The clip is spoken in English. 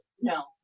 No